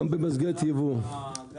גם